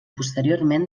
posteriorment